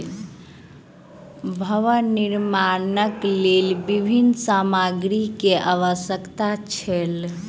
भवन निर्माणक लेल विभिन्न सामग्री के आवश्यकता छल